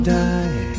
die